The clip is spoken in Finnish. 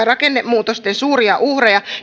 rakennemuutosten suuria uhreja